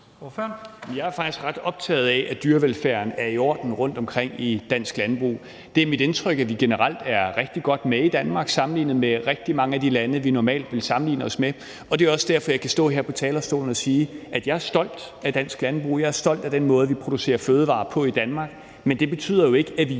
Vi er faktisk ret optagede af, at dyrevelfærden er i orden rundtomkring i dansk landbrug. Det er mit indtryk, at vi generelt er rigtig godt med i Danmark sammenlignet med rigtig mange af de lande, vi normalt ville sammenligne os med. Det er også derfor, jeg kan stå her på talerstolen og sige, at jeg er stolt af dansk landbrug. Jeg er stolt af den måde, vi producerer fødevarer på i Danmark, men det betyder jo ikke, at vi